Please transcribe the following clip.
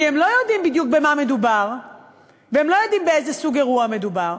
כי הם לא יודעים בדיוק במה מדובר והם לא יודעים באיזה סוג אירוע מדובר.